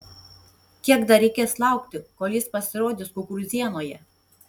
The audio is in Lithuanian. kiek dar reikės laukti kol jis pasirodys kukurūzienoje